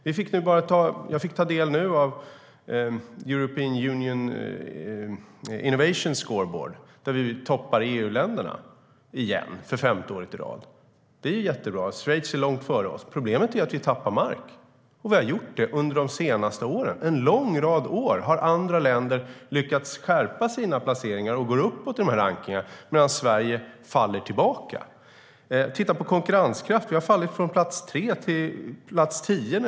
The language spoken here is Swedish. Jag fick nu ta del av Innovation Union Scoreboard, där vi åter är i topp bland EU-länderna, för femte året i rad. Det är jättebra, trots att Schweiz är långt före oss. Problemet är att vi tappar mark, vilket vi har gjort under de senaste åren. En lång rad år har andra länder lyckats förbättra sina placeringar och gått uppåt i rankningarna, medan Sverige fallit tillbaka. När det gäller global konkurrenskraft har vi fallit från plats tre till plats tio.